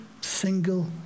single